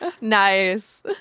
Nice